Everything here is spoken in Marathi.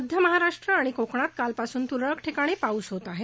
मध्य महाराष्ट्र आणि कोकणात कालपासून तुरळक ठिकाणी पाऊस होत आहे